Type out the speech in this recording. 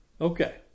Okay